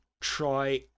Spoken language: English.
try